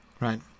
right